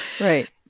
Right